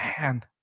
man